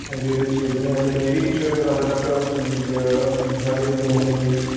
एह्दे च कुछ नेईं ऐ लेकन एह् बी कुछ हद्द तक साढ़े जेह्के लोकें गी